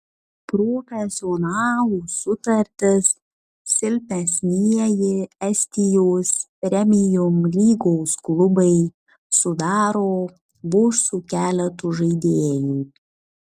profesionalų sutartis silpnesnieji estijos premium lygos klubai sudaro vos su keletu žaidėjų